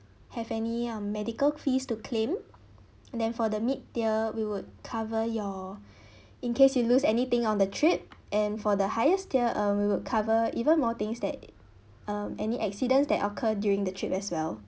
have any um medical fees to claim then for the mid tier we would cover your in case you lose anything on the trip and for the highest tier uh we would cover even more things that um any accidents that occur during the trip as well